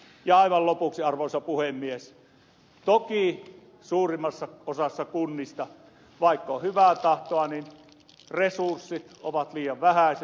aivan lopuksi arvoisa puhemies toki suurimmassa osassa kunnista vaikka on hyvää tahtoa resurssit ovat liian vähäiset